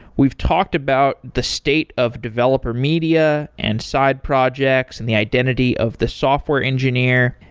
we've talked about the state of developer media and side projects and the identity of the software engineer.